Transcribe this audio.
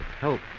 help